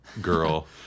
girl